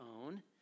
own